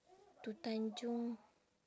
to tanjong